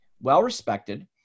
well-respected